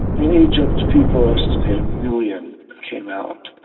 in egypt, people estimate a million came out.